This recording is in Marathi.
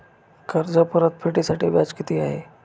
कर्ज परतफेडीसाठी व्याज किती आहे?